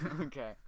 Okay